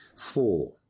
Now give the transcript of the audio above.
Four